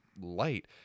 light